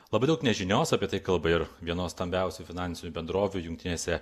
labai daug nežinios apie tai kalba ir vienos stambiausių finansinių bendrovių jungtinėse